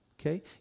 Okay